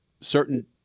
certain